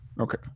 Okay